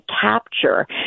capture